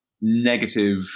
negative